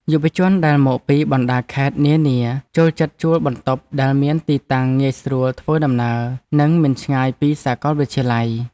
យុវជនដែលមកពីបណ្តាខេត្តនានាចូលចិត្តជួលបន្ទប់ដែលមានទីតាំងងាយស្រួលធ្វើដំណើរនិងមិនឆ្ងាយពីសាកលវិទ្យាល័យ។